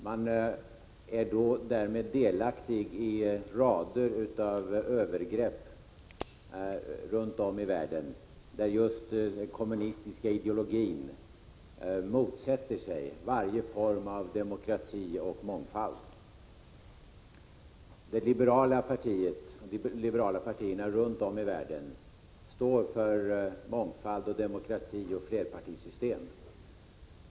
Man är därmed delaktig i rader av övergrepp runt om i världen, där just den kommunistiska ideologin motsätter sig varje form av demokrati och mångfald. De liberala partierna runt om i världen står för mångfald, demokrati och flerpartisystem.